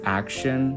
action